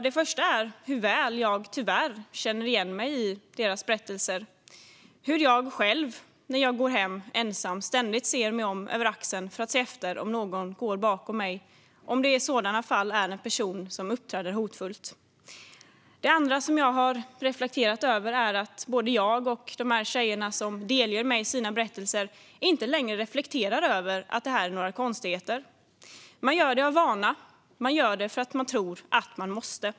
Det första är hur väl jag tyvärr känner igen mig i deras berättelser. Hur jag själv, när jag går hem ensam, ständigt ser mig om över axeln för se efter om någon går bakom mig och om det i sådana fall är en person som uppträder hotfullt. Det andra som jag har reflekterat över är att både jag och de tjejer som delger mig sina berättelser inte längre tycker att det här är några konstigheter. De gör det av vana och för att de tror att de måste.